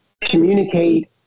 communicate